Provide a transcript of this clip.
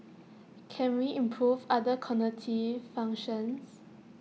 can we improve other cognitive functions